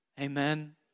Amen